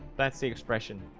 that's the expression.